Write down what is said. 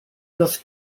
los